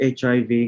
HIV